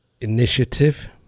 initiative